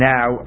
Now